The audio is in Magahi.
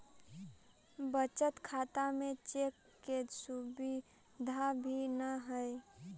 बचत खाता में चेक के सुविधा भी न हइ